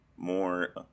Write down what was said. more